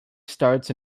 starts